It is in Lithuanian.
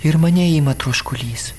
ir mane ima troškulys